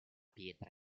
pietra